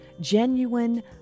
Genuine